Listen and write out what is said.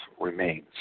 remains